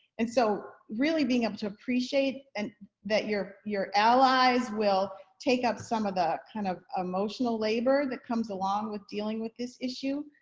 and so really being able to appreciate and that your your allies will take up some of the kind of emotional labor that comes along with dealing with this issue,